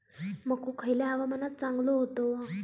मको खयल्या हवामानात चांगलो होता?